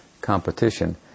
competition